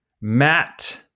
Matt